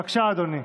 בבקשה, אדוני.